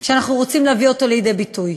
שאנחנו רוצים להביא לידי ביטוי.